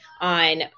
on